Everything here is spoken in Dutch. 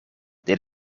dit